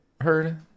heard